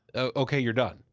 ah okay, you're done.